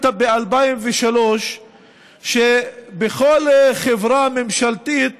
ב-2003 שבכל חברה ממשלתית